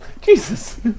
Jesus